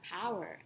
power